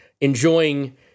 enjoying